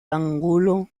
angulo